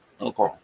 okay